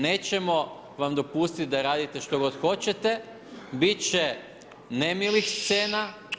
Nećemo vam dopustiti da radite što god hoćete, biti će nemilih scena.